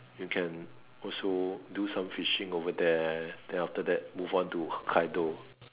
you can also do some fishing over there then after that move on to Hokkaido